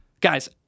Guys